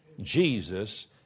Jesus